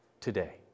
today